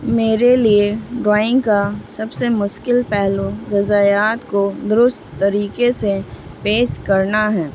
میرے لیے ڈرائنگ کا سب سے مسکل پہلو ذایات کو درست طریقے سے پیش کرنا ہے